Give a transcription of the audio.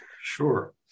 Sure